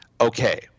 Okay